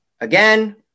again